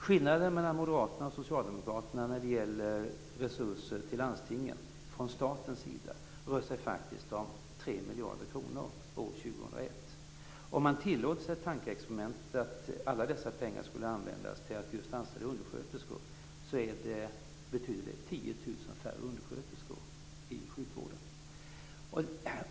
Skillnaderna mellan Moderaterna och Socialdemokraterna när det gäller resurser till landstingen från statens sida rör sig faktiskt om 3 miljarder kronor år 2001. Om man tillåter sig tankeexperimentet att alla dessa pengar skall användas till att just anställa undersköterskor är det fråga om 10 000 färre undersköterskor i sjukvården.